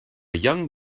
young